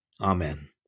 Amen